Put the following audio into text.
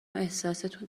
احساستون